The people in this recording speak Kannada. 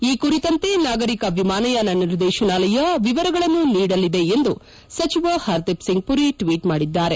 ಈ ಕುರಿತಂತೆ ನಾಗರಿಕ ವಿಮಾನಯಾನ ನಿರ್ದೇಶನಾಲಯ ವಿವರಗಳನ್ನು ನೀಡಲಿದೆ ಎಂದು ಸಚಿವ ಹರ್ ದೀಪ್ ಸಿಂಗ್ ಪುರಿ ಟ್ವೀಟ್ ಮಾಡಿದ್ದಾರೆ